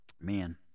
Man